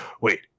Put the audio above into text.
wait